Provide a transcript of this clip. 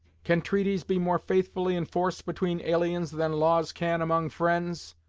can treaties be more faithfully enforced between aliens than laws can among friends?